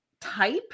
type